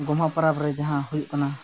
ᱜᱚᱢᱦᱟ ᱯᱟᱨᱟᱵᱽ ᱨᱮ ᱡᱟᱦᱟᱸ ᱦᱩᱭᱩᱜ ᱠᱟᱱᱟ